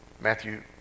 Matthew